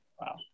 Wow